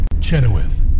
Chenoweth